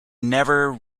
never